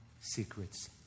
secrets